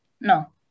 No